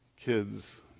kids